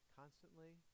constantly